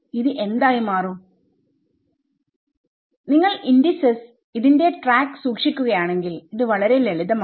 ഇത് എന്തായി മാറുംനിങ്ങൾ ഇന്റിസസ് ന്റെ ട്രാക്ക് സൂക്ഷിക്കുകയാണെങ്കിൽ ഇത് വളരെ ലളിതമാണ്